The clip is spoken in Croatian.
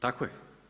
Tako je.